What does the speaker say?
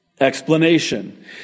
Explanation